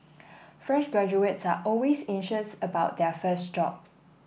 fresh graduates are always anxious about their first job